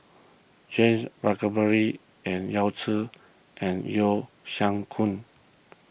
James Puthucheary and Yao Zi and Yeo Siak Goon